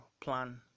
plan